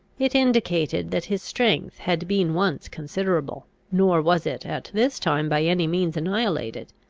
it indicated that his strength had been once considerable nor was it at this time by any means annihilated.